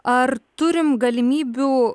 ar turim galimybių